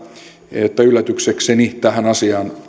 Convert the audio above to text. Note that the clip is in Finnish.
että yllätyksekseni tähän asiaan